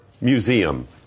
Museum